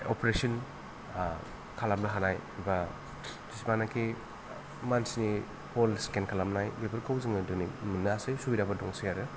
operation खालामनो हानाय बा बिसिबांनाखि मानसिनि अल स्केन खालामनाय बेफोरखौ जोङो दिनै मोन्नो हासै सुबिदाफोर दंसै आरो